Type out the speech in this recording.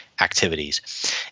activities